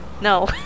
no